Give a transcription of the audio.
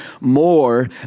more